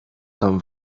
tam